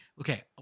okay